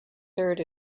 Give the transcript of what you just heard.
third